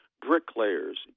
bricklayers